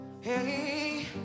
Hey